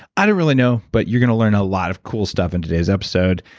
i don't really know, but you're going to learn a lot of cool stuff in today's episode.